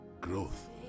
growth